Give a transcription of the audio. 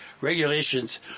Regulations